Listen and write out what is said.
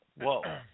Whoa